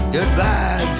Goodbye